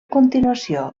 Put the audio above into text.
continuació